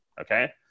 okay